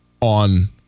on